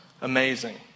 amazing